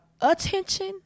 attention